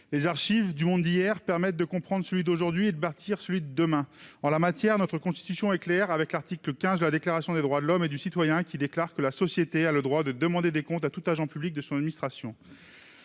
Les archives du monde d'hier permettent de comprendre celui d'aujourd'hui et de bâtir celui de demain. En la matière, notre Constitution est claire. L'article XV de la Déclaration des droits de l'homme proclame :« La Société a le droit de demander compte à tout Agent public de son administration.